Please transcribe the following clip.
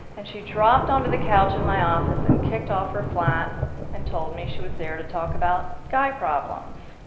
and she dropped onto the couch in my office and kicked off her flats and told me she was there to talk about guy problems.